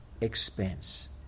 expense